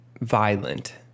violent